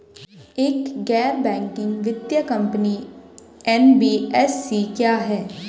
एक गैर बैंकिंग वित्तीय कंपनी एन.बी.एफ.सी क्या है?